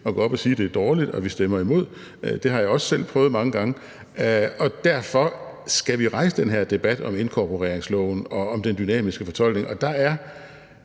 at gå op og sige, at det er dårligt, og at vi stemmer imod. Det har jeg også selv prøvet mange gange. Derfor skal vi rejse den her debat om inkorporeringsloven og om den dynamiske fortolkning. Der er